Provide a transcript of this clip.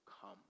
come